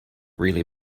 really